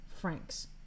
francs